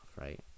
right